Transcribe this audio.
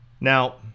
Now